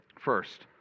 First